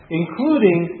including